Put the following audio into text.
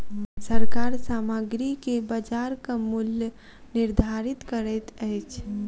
सरकार सामग्री के बजारक मूल्य निर्धारित करैत अछि